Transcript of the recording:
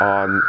on